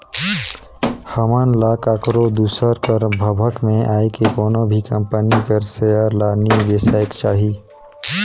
हमन ल काकरो दूसर कर भभक में आए के कोनो भी कंपनी कर सेयर ल नी बेसाएक चाही